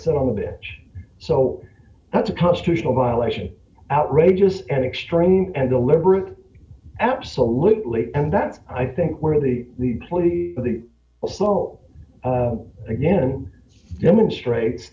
sit on the bench so that's a constitutional violation outrageous and extreme and deliberate absolutely and that's i think where the plea of the assault again demonstrates